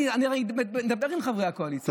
דבר עם חברי הקואליציה.